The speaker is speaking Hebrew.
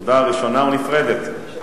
תודה ראשונה ונפרדת.